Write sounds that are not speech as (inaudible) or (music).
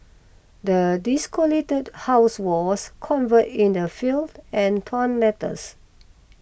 the (unintelligible) house was cover in the fill and torn letters